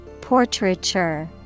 Portraiture